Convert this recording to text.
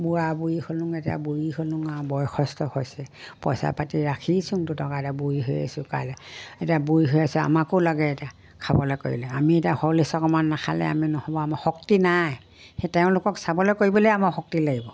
বুঢ়া বুঢ়ী হ'লোঁ এতিয়া বুঢ়ী হ'লোঁ আৰু বয়সস্থ হৈছে পইচা পাতি ৰাখিচোন দুটকা এতিয়া বঢ়ী হৈ আহিছোঁ কাইলৈ এতিয়া বুঢ়ী হৈ আহিছোঁ আমাকো লাগে এতিয়া খাবলৈ কৰিলে আমি এতিয়া সৰলিচ অকণমান নাখালে আমি নহ'ব আমাৰ শক্তি নাই সেই তেওঁলোকক চাবলৈ কৰিবলৈয়ে আমাৰ শক্তি লাগিব